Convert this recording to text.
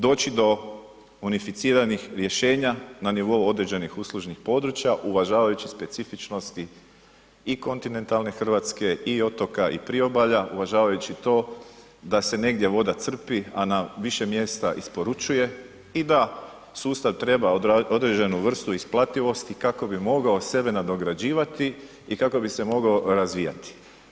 Doći do unificiranih rješenja na nivou određenih uslužnih područja uvažavajući specifičnosti i kontinentalne Hrvatske i otoka i priobalja, uvažavajući to da se negdje voda crpi, a na više mjesta isporučuje i da sustav treba određenu vrstu isplativosti kako bi mogao sebe nadograđivati i kako bi se mogao razvijati.